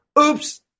Oops